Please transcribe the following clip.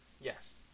Yes